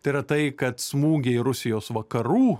tai yra tai kad smūgiai rusijos vakarų